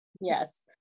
Yes